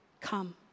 come